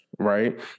Right